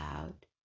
out